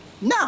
no